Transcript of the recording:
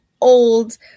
old